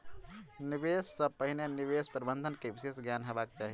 निवेश सॅ पहिने निवेश प्रबंधन के विशेष ज्ञान हेबाक चाही